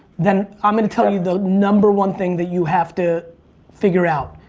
then i'm gonna tell you the number one thing that you have to figure out.